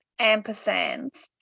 ampersands